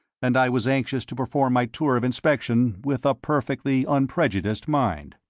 and i was anxious to perform my tour of inspection with a perfectly unprejudiced mind.